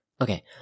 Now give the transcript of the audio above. Okay